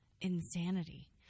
insanity